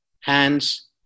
hands